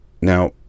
Now